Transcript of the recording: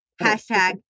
hashtag